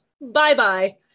Bye-bye